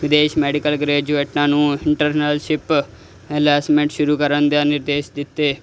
ਵਿਦੇਸ਼ ਮੈਡੀਕਲ ਗ੍ਰੈਜੁਏਟਾਂ ਨੂੰ ਇੰਟਰਨਲਸ਼ਿਪ ਅਲਾਇਸਮੈਂਟ ਸ਼ੁਰੂ ਕਰਨ ਦਾ ਨਿਰਦੇਸ਼ ਦਿੱਤੇ